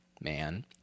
man